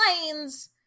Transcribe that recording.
planes